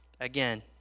Again